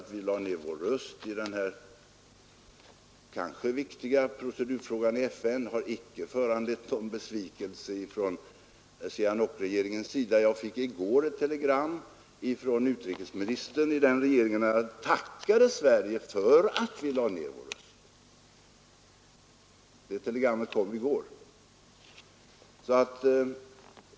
Att vi lade ned vår röst i den kanske viktiga procedurfrågan i FN har inte utlöst någon besvikelse hos Sihanoukregeringen. Jag fick i går ett telegram från utrikesministern i den regeringen, vari han tackade Sverige för att vi lade ned vår röst.